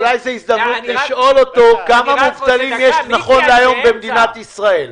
אולי זו ההזדמנות לשאול אותו: כמה מובטלים יש נכון להיום במדינת ישראל?